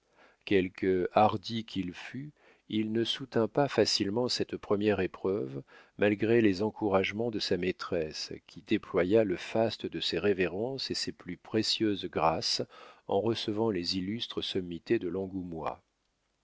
quelque hardi qu'il fût il ne soutint pas facilement cette première épreuve malgré les encouragements de sa maîtresse qui déploya le faste de ses révérences et ses plus précieuses grâces en recevant les illustres sommités de l'angoumois le